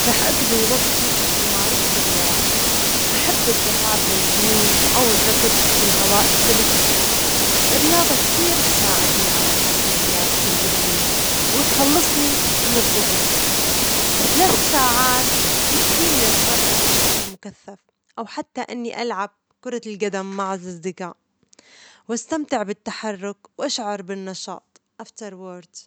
راح أجضي وجتي بممارسة الرياضة، أحب الذهاب للجيم ،أو الركض بالهواء الطلج، الرياضة كتير تساعدني على تحسين لياجتي البدنية وتخلصني من الضغوط، ثلاث ساعات تكفيني للتدرب بشكل مكثف أو حتى أني ألعب كرة الجدم مع الأصدجاء، وأستمتع بالحركة وأشعر بالنشاط after work.